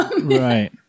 right